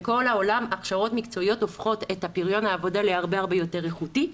בכל העולם ההכשרות המקצועיות הופכות את פריון העבודה להרבה יותר איכותי.